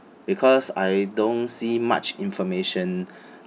because I don't see much information